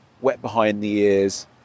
wet-behind-the-ears